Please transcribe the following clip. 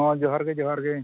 ᱦᱚᱸ ᱡᱚᱦᱟᱨᱜᱮ ᱡᱚᱦᱟᱨᱜᱮ